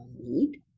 need